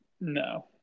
No